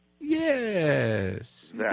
Yes